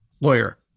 lawyer